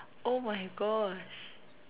!oh-my-gosh!